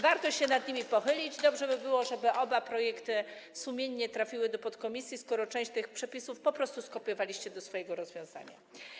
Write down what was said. Warto się nad nimi pochylić, dobrze by było, żeby oba projekty sumiennie... żeby trafiły do podkomisji, skoro część tych przepisów po prostu skopiowaliście do swojego rozwiązania.